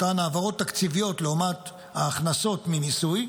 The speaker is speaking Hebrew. העברות תקציביות לעומת הכנסות ממיסוי,